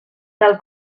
tal